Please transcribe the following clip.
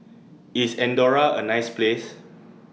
IS Andorra A nice Place